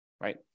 right